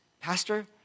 Pastor